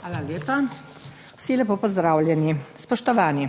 Hvala lepa. Vsi lepo pozdravljeni! Spoštovani